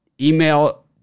email